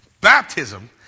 Baptism